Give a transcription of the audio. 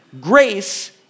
Grace